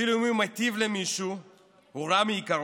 אפילו אם הוא מיטיב למישהו הוא רע מעיקרו,